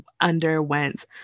underwent